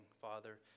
Father